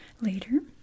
later